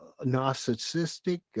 narcissistic